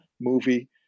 movie